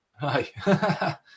Hi